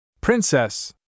Princess